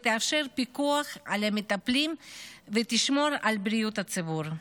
תאפשר פיקוח על המטפלים ותשמור על בריאות הציבור.